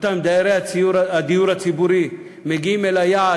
דיירי הדיור הציבורי מגיעים אל היעד,